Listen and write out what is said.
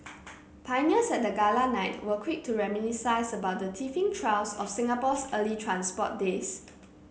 pioneers at the Gala night were quick to reminisce about the teething trials of Singapore's early transport days